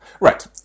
Right